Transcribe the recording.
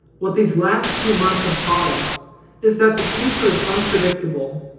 what these last few months have taught us is that the future is unpredictable.